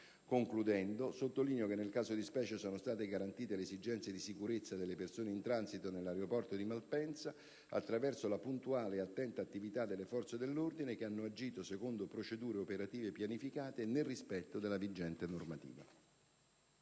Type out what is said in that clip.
Concludendo, sottolineo che nel caso di specie sono state garantite le esigenze di sicurezza delle persone in transito nell'aeroporto di Malpensa, attraverso la puntuale ed attenta attività delle Forze dell'ordine, che hanno agito secondo procedure operative pianificate e nel rispetto della vigente normativa.